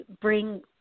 Bring